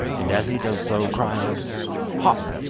and as he does so cry out hop!